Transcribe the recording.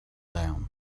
down